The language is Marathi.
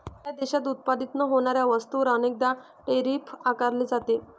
त्या देशात उत्पादित न होणाऱ्या वस्तूंवर अनेकदा टैरिफ आकारले जाते